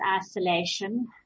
isolation